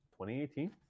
2018